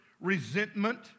resentment